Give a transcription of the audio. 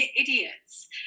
Idiots